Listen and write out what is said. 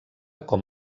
com